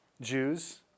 Jews